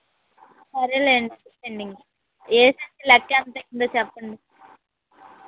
సరేలేండి వేయండి వేసి లెక్క ఎంత అయిందో చెప్పండి